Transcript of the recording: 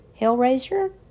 Hellraiser